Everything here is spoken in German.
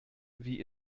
wie